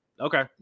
Okay